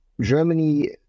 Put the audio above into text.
Germany